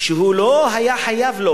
שהוא לא היה חייב לו.